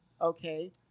okay